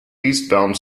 eastbound